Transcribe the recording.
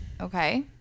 Okay